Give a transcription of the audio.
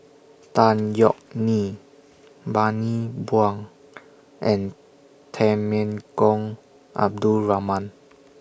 Tan Yeok Nee Bani Buang and Temenggong Abdul Rahman